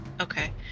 okay